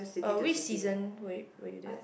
uh which season were were you there